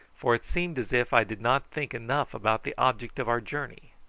for it seemed as if i did not think enough about the object of our journey.